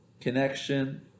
connection